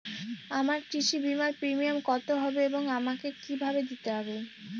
আমার কৃষি বিমার প্রিমিয়াম কত হবে এবং আমাকে কি ভাবে দিতে হবে?